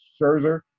Scherzer